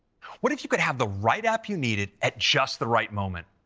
what if you could have the right app you needed at just the right moment?